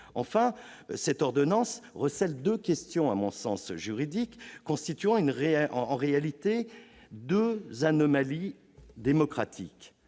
Ensuite, cette ordonnance recèle deux questions juridiques constituant en réalité deux anomalies démocratiques.